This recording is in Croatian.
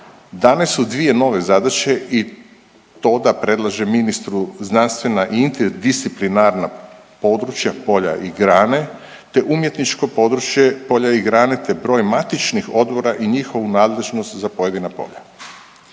dane su dvije nove zadaće i to da predlaže ministru znanstvena i interdisciplinarna područja, polja i grane te umjetničko područje, polja i grane, te broj matičnih odbora i njihovu nadležnost za pojedina polja.